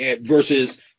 versus